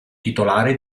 titolare